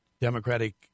Democratic